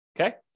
okay